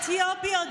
אתיופיות,